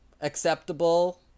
acceptable